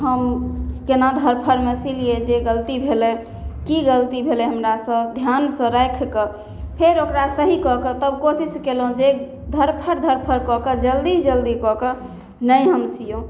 हम कोना धरफड़मे सिलिए जे गलती भेलै कि गलती भेलै हमरासँ धिआनसँ राखिकऽ फेर ओकरा सही कऽ कऽ तब कोशिश कएलहुँ जे धरफड़ धरफड़ कऽ कऽ जल्दी जल्दी कऽ के नहि हम सिऔँ